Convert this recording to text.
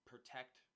protect